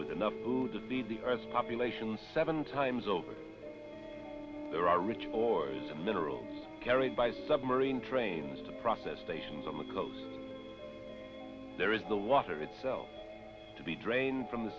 with enough food to feed the earth's population seven times over there are rich or the mineral carried by submarine trains to process stations on the coast there is the water itself to be drained from the